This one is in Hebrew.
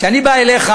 שאני בא אליך,